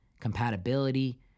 compatibility